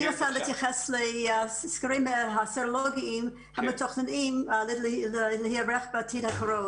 אני רוצה להתייחס לסקרים הסרולוגיים המתוכננים להיערך בעתיד הקרוב.